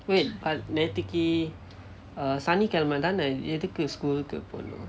wait bu~ நேற்று:naetru uh சனிக்கிழமை தானே எதுக்கு:sanikkilamai thane ethukku school க்கு போனும்:kku ponum